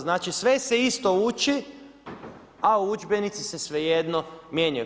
Znači sve se isto uči a udžbenici se svejedno mijenjaju.